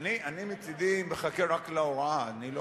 אני מצדי מחכה רק להוראה, אני לא,